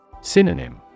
Synonym